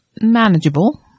manageable